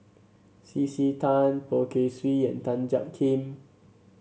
C C Tan Poh Kay Swee and Tan Jiak Kim